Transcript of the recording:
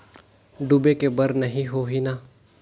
डूबे के बर नहीं होही न?